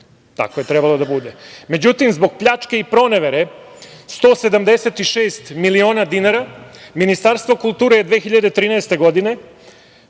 tako je trebalo da bude. Međutim, zbog pljačke i pronevere 176 miliona dinara Ministarstvo kulture je 2013. godine